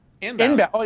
Inbound